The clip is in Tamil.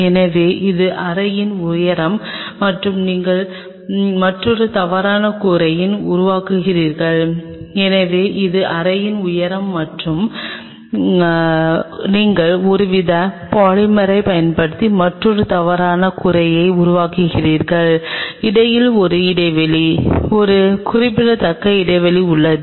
எனவே இது அறையின் உயரம் மற்றும் நீங்கள் மற்றொரு தவறான கூரையை உருவாக்குகிறீர்கள் எனவே இது அறையின் உயரம் மற்றும் நீங்கள் ஒருவித பாலிமரைப் பயன்படுத்தி மற்றொரு தவறான கூரையை உருவாக்குகிறீர்கள் இடையில் ஒரு இடைவெளி ஒரு குறிப்பிடத்தக்க இடைவெளி உள்ளது